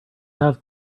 have